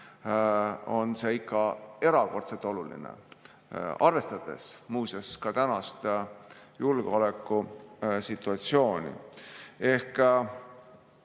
on see ikka erakordselt oluline, arvestades muuseas ka julgeolekusituatsiooni. Ehk